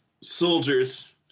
soldiers